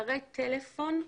מספרי טלפון,